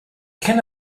can